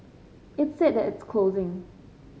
it's sad that it's closing